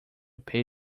pay